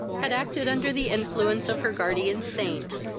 had acted under the influence of her guardian saint,